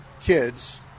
kids